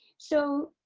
so